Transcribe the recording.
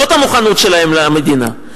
זאת המוכנות שלהם למדינה.